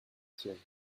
tienne